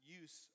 use